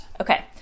Okay